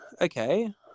okay